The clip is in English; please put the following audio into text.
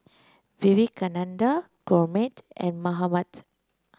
Vivekananda Gurmeet and Mahatma